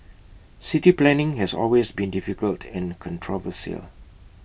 city planning has always been difficult and controversial